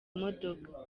modoka